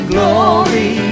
glory